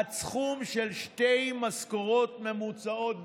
עד סכום של שתי משכורות ממוצעות במשק,